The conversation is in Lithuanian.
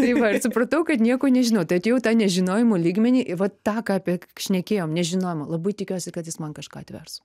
tai va ir supratau kad nieko nežinau tai atėjau į tą nežinojimo lygmenį va tą ką apie šnekėjom nežinojimo labai tikiuosi kad jis man kažką atvers